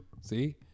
See